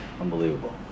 Unbelievable